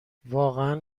واقعا